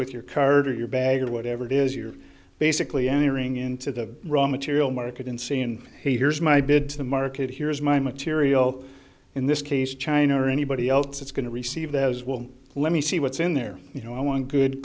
with your card or your bag or whatever it is you're basically entering into the raw material market in saying here's my bid to the market here's my material in this case china or anybody else that's going to receive those will let me see what's in there you know i want good